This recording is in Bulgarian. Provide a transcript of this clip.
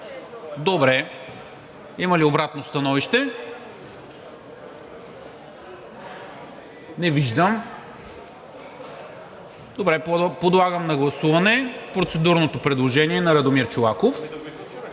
БНТ 1. Има ли обратно становище? Не виждам. Подлагам на гласуване процедурното предложение на Радомир Чолаков